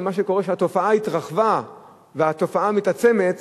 ומה שקורה שהתופעה התרחבה והתופעה מתעצמת,